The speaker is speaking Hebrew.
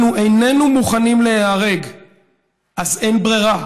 אנחנו איננו מוכנים להיהרג אז אין ברירה